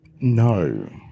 No